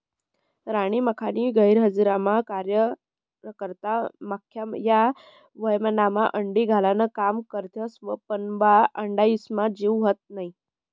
राणी माखीना गैरहजरीमा कार्यकर्ता माख्या या मव्हायमा अंडी घालान काम करथिस पन वा अंडाम्हाईन जीव व्हत नै